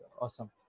awesome